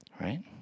Right